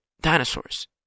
dinosaurs